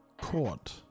court